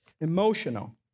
emotional